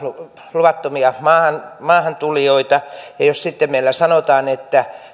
luvattomia maahantulijoita ja jos sitten meillä sanotaan että